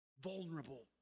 Vulnerable